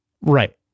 Right